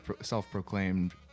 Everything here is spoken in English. self-proclaimed